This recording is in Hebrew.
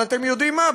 אבל אתם יודעים מה?